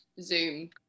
zoom